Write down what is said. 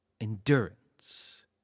endurance